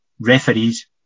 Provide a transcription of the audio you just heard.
referees